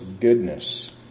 goodness